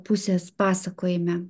pusės pasakojime